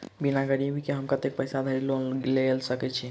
बिना गिरबी केँ हम कतेक पैसा धरि लोन गेल सकैत छी?